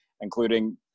including